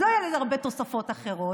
לא היה לזה הרבה תוספות אחרות,